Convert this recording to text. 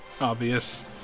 obvious